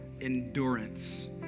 endurance